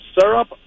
syrup